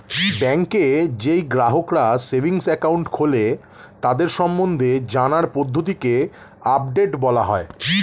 ব্যাংকে যেই গ্রাহকরা সেভিংস একাউন্ট খোলে তাদের সম্বন্ধে জানার পদ্ধতিকে আপডেট বলা হয়